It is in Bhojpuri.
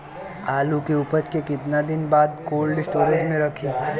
आलू के उपज के कितना दिन बाद कोल्ड स्टोरेज मे रखी?